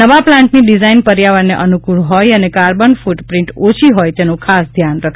નવા પ્લાન્ટની ડિઝાઇન પર્યાવરણને અનુકૂળ હોય અને કાર્બન ફૂટ પ્રિન્ટ ઓછી હોય તેનું ખાસ ધ્યાન રખાયું છે